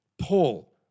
Paul